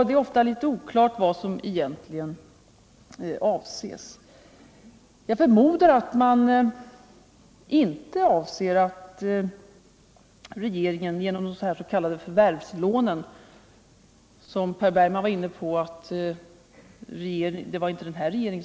Det är ofta litet oklart vad som därmed egentligen avses. Jag förmodar att man inte avser de s.k. förvärvslånen - som Per Bergman påpekade inte hade föreslagits av den nuvarande regeringen.